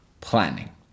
planning